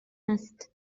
هست